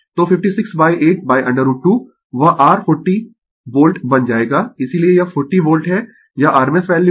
तो 568 √ 2 वह r 40 volt बन जाएगा इसीलिये यह 40 वोल्ट है यह rms वैल्यू है